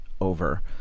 over